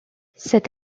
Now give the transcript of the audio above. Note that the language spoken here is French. cette